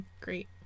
Great